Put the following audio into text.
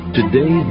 Today